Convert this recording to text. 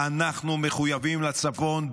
אנחנו מחויבים לצפון.